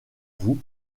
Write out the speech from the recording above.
vous